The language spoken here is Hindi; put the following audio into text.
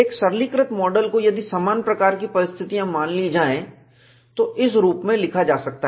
एक सरलीकृत मॉडल को यदि समान प्रकार की परिस्थितियां मान ली जाएं तो इस रूप में लिखा जा सकता है